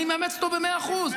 אני מאמץ אותו במאה אחוז.